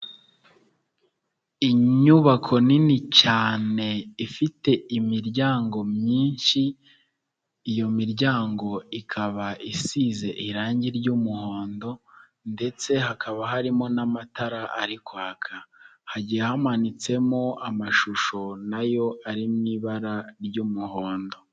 Inyubako nini cyane ifite imiryango myinshi, iyo miryango ikaba isize irange ry'umuhondo ndetse hakaba harimo n'amatara ari kwaka, hagiye hamanitsemo amashusho na yo ari mu ibara ry'umuhondo.